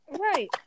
Right